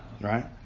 Right